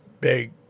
big